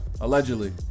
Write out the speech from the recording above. allegedly